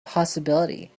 possibility